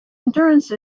endurance